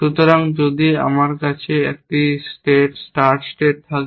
সুতরাং যদি আমার কাছে একটি স্টার্ট স্টেট থাকে